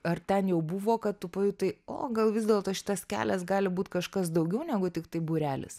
ar ten jau buvo kad tu pajutai o gal vis dėlto šitas kelias gali būt kažkas daugiau negu tiktai būrelis